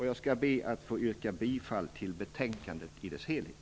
Jag skall be att få yrka bifall till utskottets hemställan i dess helhet.